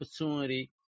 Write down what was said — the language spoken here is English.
opportunity